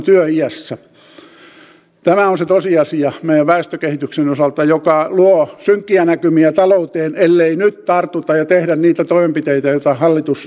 tämä on se tosiasia meidän väestökehityksen osalta joka luo synkkiä näkymiä talouteen ellei nyt tartuta ja tehdä niitä toimenpiteitä joita hallitus ajaa eteenpäin